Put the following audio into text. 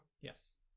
Yes